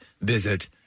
visit